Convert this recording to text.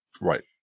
Right